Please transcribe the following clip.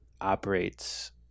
operates